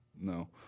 no